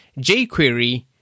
jQuery